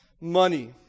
money